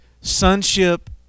sonship